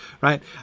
right